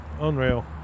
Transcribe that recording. Unreal